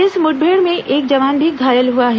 इस मुठभेड़ में एक जवान भी घायल हुआ है